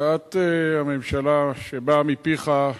הודעת הממשלה שבאה מפיך,